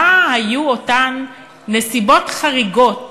מה היו אותן נסיבות חריגות